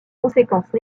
conséquences